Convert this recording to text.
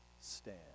stand